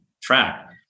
track